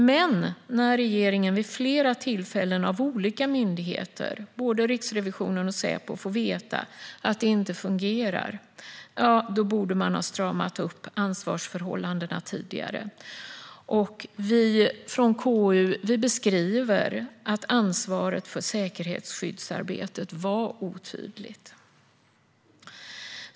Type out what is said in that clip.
Men när regeringen vid flera tillfällen av olika myndigheter, både Riksrevisionen och Säpo, får veta att det inte fungerar borde den ha stramat upp ansvarsförhållandena tidigare. Vi från KU beskriver att ansvaret för säkerhetsskyddsarbetet var otydligt.